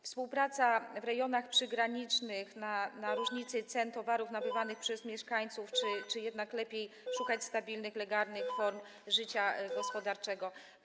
Współpraca w rejonach przygranicznych oparta na różnicy cen towarów nabywanych przez mieszkańców czy jednak szukanie stabilnych, legalnych form życia gospodarczego?